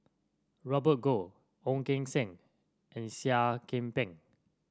Robert Goh Ong Keng Sen and Seah Kian Peng